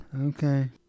Okay